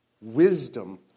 Wisdom